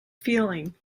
feeling